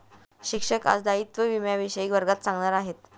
शिक्षक आज दायित्व विम्याविषयी वर्गात सांगणार आहेत